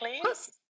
please